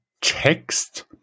text